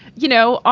you know,